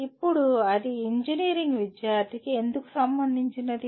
ఇప్పుడు అది ఇంజనీరింగ్ విద్యార్థికి ఎందుకు సంబంధించినది